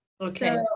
Okay